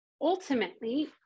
ultimately